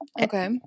Okay